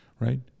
right